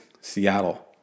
Seattle